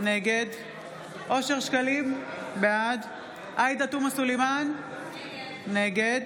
נגד אושר שקלים, בעד עאידה תומא סלימאן, נגד